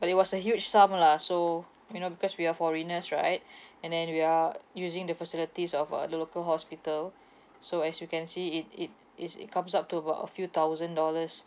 but it was a huge sum lah so you know because we are foreigners right and then we are using the facilities of a lo~ local hospital so as you can see it it is it comes up to about a few thousand dollars